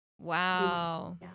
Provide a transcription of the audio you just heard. Wow